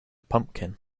pumpkin